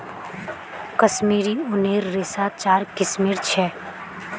कश्मीरी ऊनेर रेशा चार किस्मेर ह छे